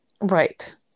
right